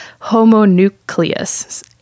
homonucleus